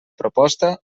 proposta